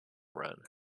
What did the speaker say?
run